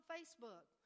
Facebook